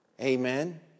Amen